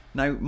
now